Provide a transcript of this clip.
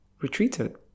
retreated